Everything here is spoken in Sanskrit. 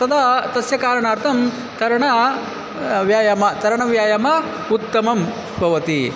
तदा तस्य कारणार्थं तरणं व्यायामं तरणव्यायामं उत्तमं भवति